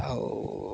ଆଉ